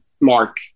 mark